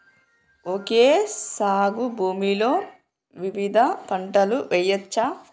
Okay సాగు భూమిలో వివిధ పంటలు వెయ్యచ్చా?